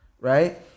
Right